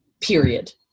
period